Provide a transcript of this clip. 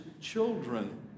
children